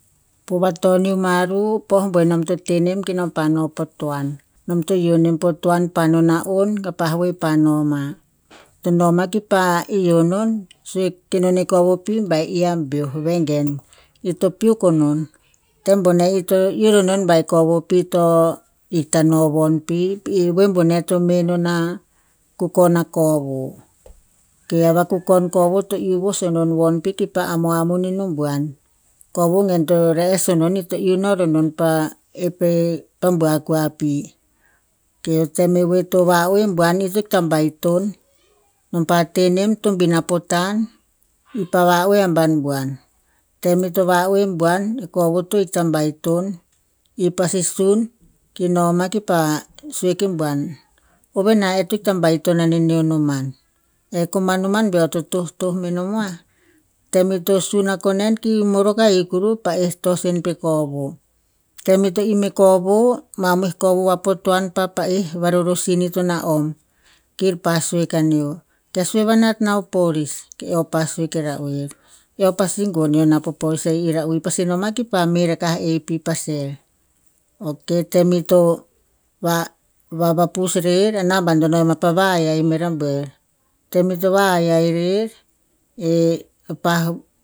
Po va taunium aru pa'no boen nom to tehnem kenom pa no pa toan. Nom to ioh nem po toan pano na'on pah we pa noma. To noma kipa ioh non sue ke non e kovo pi ba i a beoh, vengen ito piuk enon. Tem boneh ito iuh roh non ba kovo pi to ita no von pi. Pi we boneh to meh nona kukon a kovo. Pi a va kukon kovo to iuh vos aru von pi kipa amu amuni noboan. Kovo gen to re'es onon ito iuh no ro non pa ep e a bua kua pi. Ok o tem e we ro va'oe no buan ito ita baiton. Nam pa teh nem tombina potan, i pa va'oe aban buan. Tem ito va'oe buan kovo to ikta baiton i pasi sun ki noma kipa sue ki buan. Ovena eh to ikta baiton eneneo noman, e koman noman be eo to tohtoh me nomoa. Tem ito sun ako nen ki morok ahik kuru, pa'eh tos en pe kovo. Tem ito im e kovo, mamoi kovo va po toan pa- pa'eh va rorosin ir to na'om. Kir pa sue kaneo, ke sue va nat na o police. Ke eo pa sue ke ra oer, eo pasi gonio na pa police era'u i pasi noma kipa meh rakah e pi pa cell. Ok tem ito va- vava pus rer a namban to no pa va hai- hai me ra buer. Tem ito va hai hai rer eh a pah.